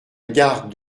garde